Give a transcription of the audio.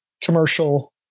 commercial